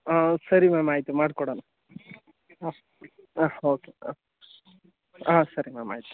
ಹಾಂ ಸರಿ ಮ್ಯಾಮ್ ಆಯಿತು ಮಾಡ್ಕೊಡೋಣ ಹಾಂ ಹಾಂ ಓಕೆ ಓಕ್ ಹಾಂ ಸರಿ ಮ್ಯಾಮ್ ಆಯಿತು